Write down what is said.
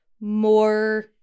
more